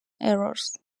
errors